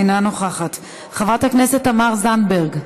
אינה נוכחת, חברת הכנסת תמר זנדברג,